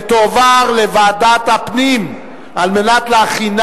ותועבר לוועדת הפנים על מנת להכינה